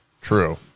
True